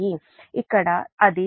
ఇక్కడ అది j 0